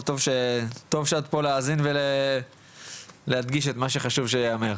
טוב שאת פה להאזין ולהדגיש את מה שחשוב שייאמר.